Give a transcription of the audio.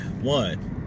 One